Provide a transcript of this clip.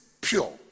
pure